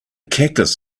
cactus